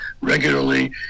regularly